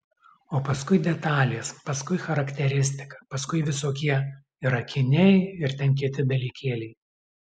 o paskui detalės paskui charakteristika paskui visokie ir akiniai ir ten kiti dalykėliai